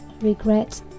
regret